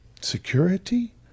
security